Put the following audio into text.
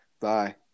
Bye